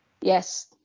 yes